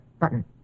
button